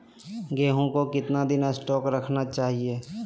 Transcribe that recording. गेंहू को कितना दिन स्टोक रखना चाइए?